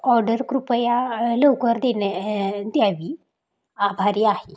order कृपया लवकर देण्यात द्यावी आभारी आहे